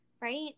Right